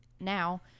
now